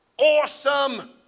awesome